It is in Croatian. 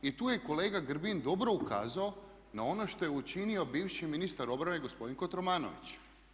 I tu je kolega Grbin dobro ukazao na ono što je učinio bivši ministar obrane gospodin Kotromanović.